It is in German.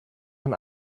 man